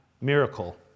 Miracle